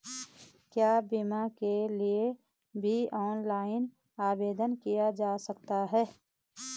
क्या बीमा के लिए भी ऑनलाइन आवेदन किया जा सकता है?